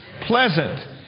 Pleasant